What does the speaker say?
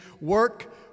Work